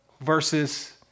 versus